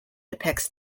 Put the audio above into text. depicts